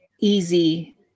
easy